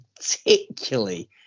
particularly